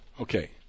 Okay